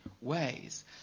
ways